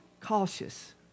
cautious